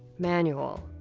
manual,